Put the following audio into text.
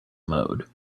mode